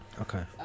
Okay